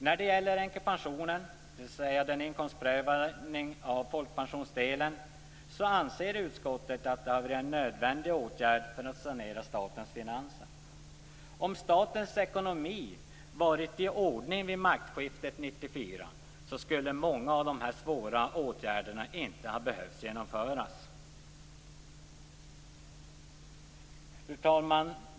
När det gäller änkepensionen, dvs. inkomstprövningen av folkpensionsdelen, anser utskottet att det har varit en nödvändig åtgärd för att sanera statens finanser. Om statens ekonomi varit i ordning vid maktskiftet 1994 skulle många av de här svåra åtgärderna inte ha behövt genomföras. Fru talman!